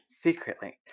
Secretly